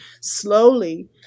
slowly